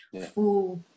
full